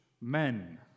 men